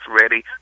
ready